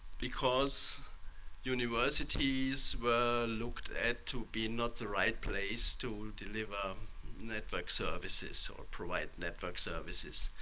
because universities were looked at to be not the right place to deliver um network services or provide network services.